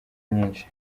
nyinshi